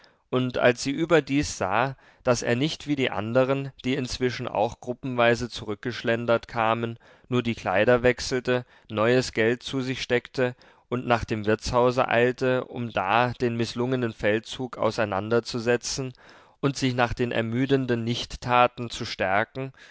und als sie überdies sah daß er nicht wie die anderen die inzwischen auch gruppenweise zurückgeschlendert kamen nur die kleider wechselte neues geld zu sich steckte und nach dem wirtshause eilte um da den mißlungenen feldzug auseinanderzusetzen und sich nach den ermüdenden nichttaten zu stärken